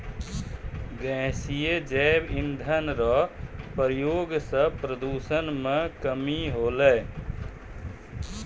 गैसीय जैव इंधन रो प्रयोग से प्रदूषण मे कमी होलै